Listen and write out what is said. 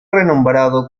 renombrado